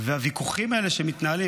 והוויכוחים האלה שמתנהלים,